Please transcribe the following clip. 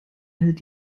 hält